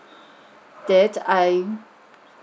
that I